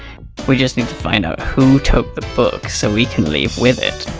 we just need to find out who took the book so we can leave with it.